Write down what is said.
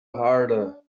harder